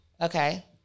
Okay